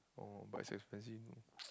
oh but it's expensive